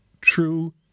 true